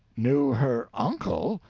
knew her uncle?